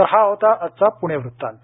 तर हा होता आजचा पुणे वृत्तांत